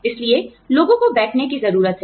इसलिए लोगों को बैठने की जरूरत है